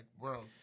world